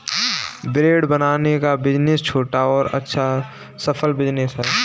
bread बनाने का business छोटा और अच्छा सफल बिज़नेस है